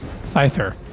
Thyther